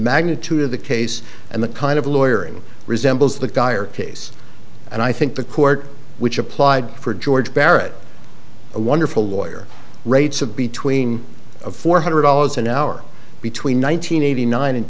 magnitude of the case and the kind of lawyer and resembles the guy or case and i think the court which applied for george barrett a wonderful lawyer rates of between four hundred dollars an hour between one nine hundred eighty nine and